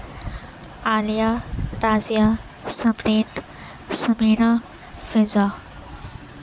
Aliya Tazia Samreen Samina Fiza